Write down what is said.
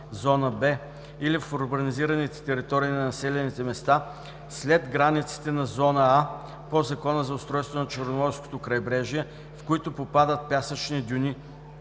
зона „Б“ или в урбанизираните територии на населените места след границите на зона „А“ по Закона за устройството на Черноморското крайбрежие, в които попадат пясъчни дюни,